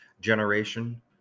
generation